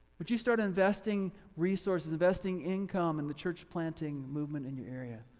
what you start investing resources, investing income in the church planting movement in your area.